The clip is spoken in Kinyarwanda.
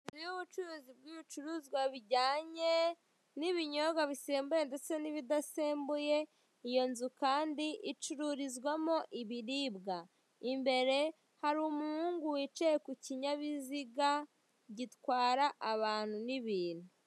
Inzu y'ubucuruzi bw'ibicuruzwa bijyanye n'ibinyobwa bisembuye ndetse n'ibidasembuye, iyo nzu kandi icururizwamo ibiribwa, imbere hari umuhungu wicaye ku kinyabiziga gitwara abantu n'ibintu.